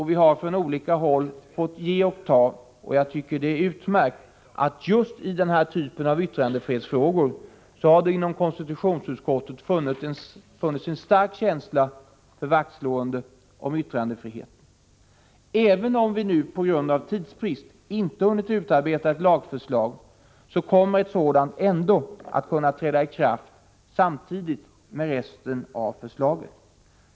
Vi har från olika håll fått ge och ta, och jag tycker det är glädjande att det inom konstitutionsutskottet just när det gäller denna typ av yttrandefrihetsfrågor har funnits en stark känsla för vaktslående om yttrandefriheten. Även om vi på grund av tidsbrist ännu inte hunnit utarbeta ett lagförslag, kommer en sådan lag ändå att kunna träda i kraft samtidigt med resten av lagstiftningen.